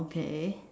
okay